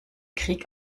krieg